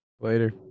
Later